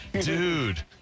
Dude